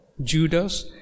Judas